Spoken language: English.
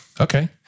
okay